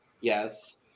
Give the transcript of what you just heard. Yes